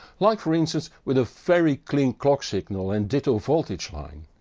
like for instance with a very clean clock signal and ditto voltage line.